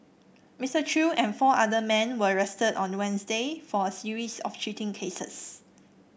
Mister Chew and four other men were arrested on Wednesday for a series of cheating cases